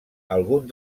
alguns